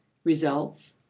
results,